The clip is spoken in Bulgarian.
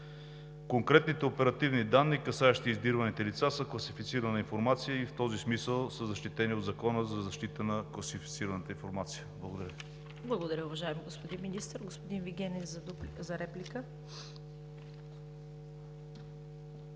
Конкретните оперативни данни, касаещи издирваните лица, са класифицирана информация и в този смисъл са защитени от Закона за защита на класифицираната информация. Благодаря Ви. ПРЕДСЕДАТЕЛ ЦВЕТА КАРАЯНЧЕВА: Благодаря, уважаеми господин Министър. Господин Вигенин за реплика?